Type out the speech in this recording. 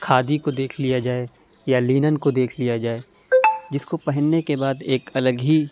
کھادی کو دیکھ لیا جائے یا لینن کو دیکھ لیا جائے جس کو پہننے کے بعد ایک الگ ہی